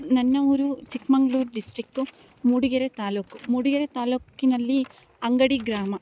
ನನ್ನ ಊರು ಚಿಕ್ಕಮಂಗ್ಳೂರು ಡಿಸ್ಟ್ರಿಕ್ಕು ಮೂಡಿಗೆರೆ ತಾಲೂಕು ಮೂಡಿಗೆರೆ ತಾಲೂಕಿನಲ್ಲಿ ಅಂಗಡಿ ಗ್ರಾಮ